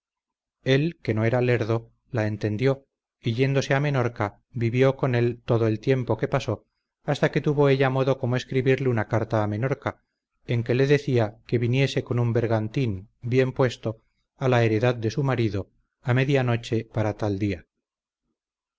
él que no era lerdo la entendió y yéndose a menorca vivió con él todo el tiempo que pasó hasta que tuvo ella modo como escribirle una carta a menorca en que le decía que viniese con un bergantín bien puesto a la heredad de su marido a media noche para tal día